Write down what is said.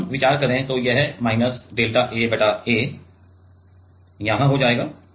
अगर हम विचार करें तो यह माइनस डेल्टा A बटा A और यहां हो जाएगा